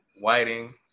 whiting